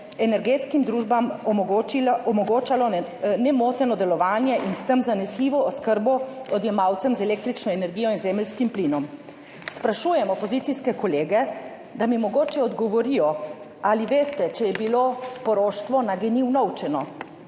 energetskim družbam omogočalo nemoteno delovanje in s tem zanesljivo oskrbo odjemalcem z električno energijo in zemeljskim plinom. Sprašujem opozicijske kolege, da mi mogoče odgovorijo. Ali veste, če je bilo poroštvo na GEN-I unovčeno?